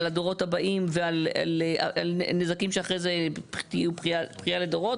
הדורות הבאים ועל נזקים שאחרי זה יהיה פגיעה לדורות.